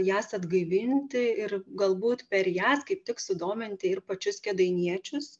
jas atgaivinti ir galbūt per jas kaip tik sudominti ir pačius kėdainiečius